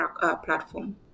platform